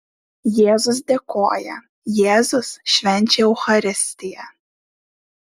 jėzus dėkoja jėzus švenčia eucharistiją